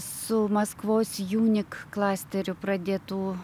su maskvos junik klasteriu pradėtų